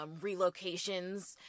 relocations